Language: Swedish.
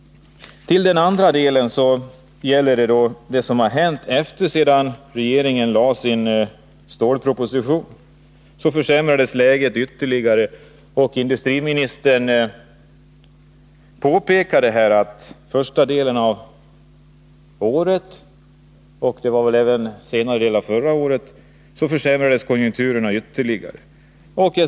Efter det att regeringen hade framlagt sin stålproposition försämrades läget ytterligare. Industriministern påpekade också att konjunkturerna hade försämrats än mer under senare delen av förra året och i början av detta år.